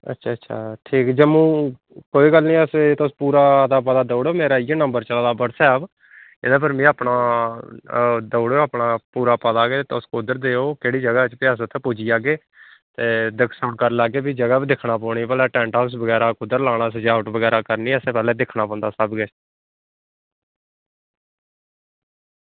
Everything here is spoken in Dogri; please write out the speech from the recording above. अच्छा अच्छा ठीक जम्मू कोई गल्ल निं अस तुस पूरा अता पता देई ओड़ो मेरा इयै नंबर चला दा व्हाट्सएप एह्दा फिर में अपना देई ओड़ेआ अपना पूरा पता गै देओ तुस कुद्धर दे ओ ते ओह् जगह जित्थें अस पुज्जी जाह्गे ते दर्शन करी लैगे ते भी जगह बी दिक्खना पौनी ते भला टेंट हाऊस कुत्थें लाना ते सजावट बगैरा करनी ते असें पैह्लें दिक्खना पौंदा सब किश